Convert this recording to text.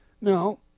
No